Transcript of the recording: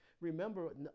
Remember